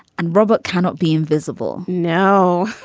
and robert cannot be invisible now.